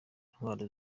intwaro